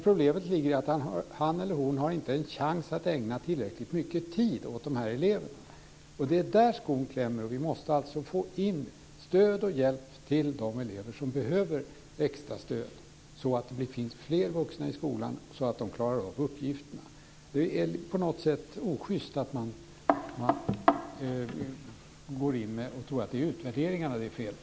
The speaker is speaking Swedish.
Problemet ligger i att han inte har en chans att ägna tillräckligt mycket tid åt de här eleverna. Det är där skon klämmer, och vi måste få in stöd och hjälp till de elever som behöver extra stöd. Det måste finnas fler vuxna i skolan så att de klarar uppgifterna. Det är på något sätt oschyst att man går in och tror att det är utvärderingarna det är fel på.